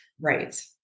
Right